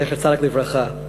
זכר צדיק לברכה.